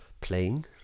playing